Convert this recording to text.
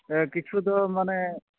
ᱠᱤᱪᱷᱩ ᱫᱚ ᱢᱟᱱᱮ